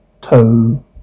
toe